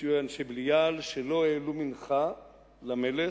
שהיו אנשי בליעל שלא העלו מנחה למלך,